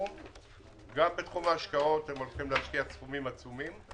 ההשקעות סכומים עצומים,